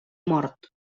mort